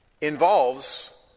involves